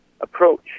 approach